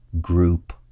group